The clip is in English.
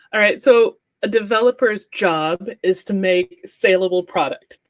all right, so a developer s job is to make saleable product.